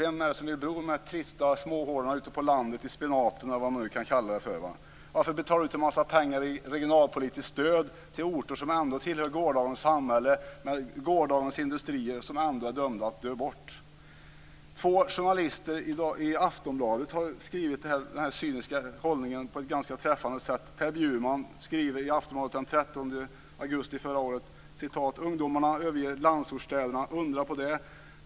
Vem vill bo i de trista småhålorna ute på landet i spenaten? Varför betala ut en massa pengar i regionalpolitiskt stöd till orter som tillhör gårdagens samhälle med gårdagens industrier som ändå är dömda att dö bort? Två journalister har i Aftonbladet beskrivit denna cyniska hållning på ett ganska träffande sätt. Per Bjurman skriver i Aftonbladet den 13 augusti förra året: "Ungdomarna överger landsortsstäderna. Undra på det.